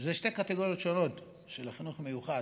אלה שתי קטגוריות שונות של החינוך המיוחד,